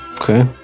Okay